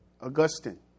Augustine